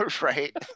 right